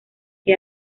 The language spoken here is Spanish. que